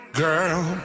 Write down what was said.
girl